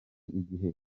igihe